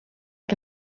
que